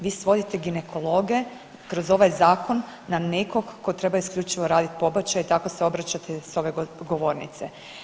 Vi svodite ginekologe kroz ovaj zakon na nekog tko treba isključivo raditi pobačaje i tako se obraćate s ove govornice.